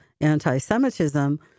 anti-Semitism